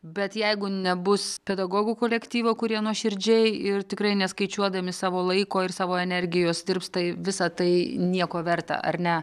bet jeigu nebus pedagogų kolektyvo kurie nuoširdžiai ir tikrai neskaičiuodami savo laiko ir savo energijos dirbs tai visa tai nieko verta ar ne